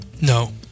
No